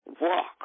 walk